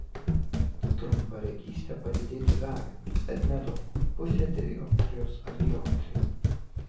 trumparegystė padidėti gali bet nedaug pusę dioptrijos ar dioptriją